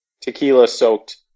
tequila-soaked